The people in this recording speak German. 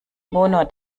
wohnort